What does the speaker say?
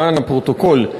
למען הפרוטוקול,